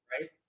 right